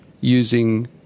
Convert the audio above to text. using